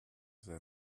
their